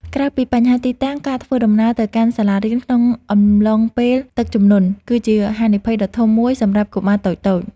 ក្រៅពីបញ្ហាទីតាំង ការធ្វើដំណើរទៅកាន់សាលារៀនក្នុងអំឡុងពេលទឹកជំនន់គឺជាហានិភ័យដ៏ធំមួយសម្រាប់កុមារតូចៗ។